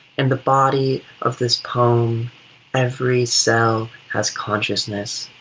in the body of this poem every cell has consciousness.